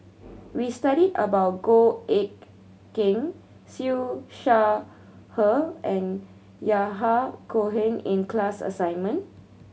we studied about Goh Eck Kheng Siew Shaw Her and Yahya Cohen in class assignment